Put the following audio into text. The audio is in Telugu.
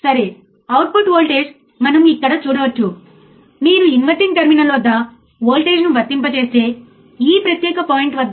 మరియు ఈ అవుట్పుట్ వోల్టేజ్ 0 చేయడానికి మిల్లివోల్ట్లలోని చిన్న వోల్టేజ్ నీ ఇన్పుట్ టెర్మినల్స్లో ఒకదానికి వర్తించాల్సిన అవసరం ఉంది